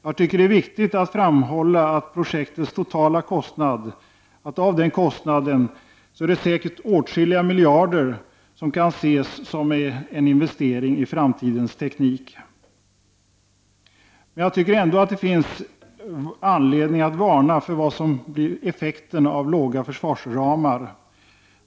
Jag tycker att det är viktigt att framhålla att av projektets totala kostnad kan säkerligen åtskilliga miljarder ses som en investering i framtidens teknik. Men jag tycker ändå att det finns anledning att varna för vad som blir effekten av låga försvarsramar.